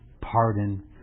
pardon